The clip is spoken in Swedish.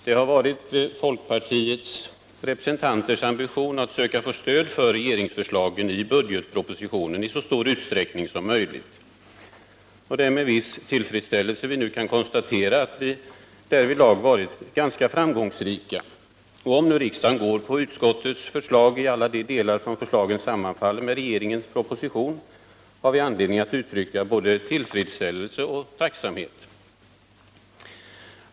Det har varit en ambition hos folkpartiets representanter att söka få stöd för regeringsförslagen i budgetpropositionen i så stor utsträckning som möjligt. Det är med viss tillfredsställelse som vi nu kan konstatera att vi därvidlag varit ganska framgångsrika. Om nu riksdagen bifaller utskottets förslag i alla de delar där förslagen sammanfaller med regeringens proposition har vi anledning uttrycka både tillfredsställelse och tacksamhet.